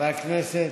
חברי הכנסת,